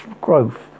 growth